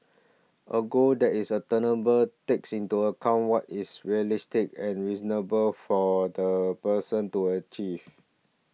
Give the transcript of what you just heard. a goal that is attainable takes into account what is realistic and reasonable for the person to achieve